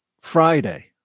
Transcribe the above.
Friday